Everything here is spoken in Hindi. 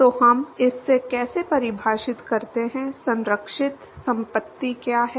तो हम इसे कैसे परिभाषित करते हैं संरक्षित संपत्ति क्या है